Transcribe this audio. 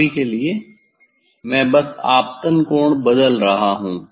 अभी के लिए मैं बस आपतन कोण बदल रहा हूँ